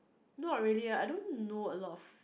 not really eh I don't know a lot of